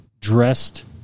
dressed